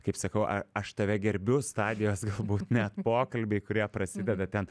kaip sakau a aš tave gerbiu stadijos galbūt net pokalbiai kurie prasideda ten